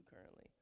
currently